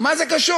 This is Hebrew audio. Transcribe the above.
מה זה קשור?